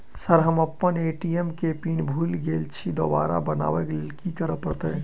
Sir हम अप्पन ATM केँ पिन भूल गेल छी दोबारा बनाब लैल की करऽ परतै?